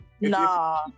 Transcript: Nah